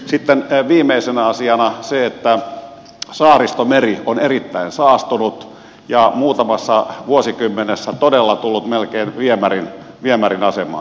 sitten viimeisenä asiana se että saaristomeri on erittäin saastunut ja muutamassa vuosikymmenessä todella tullut melkein viemärin asemaan